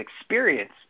experience